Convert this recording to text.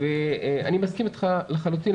אני מסכים איתך לחלוטין,